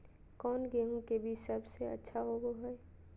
कौन गेंहू के बीज सबेसे अच्छा होबो हाय?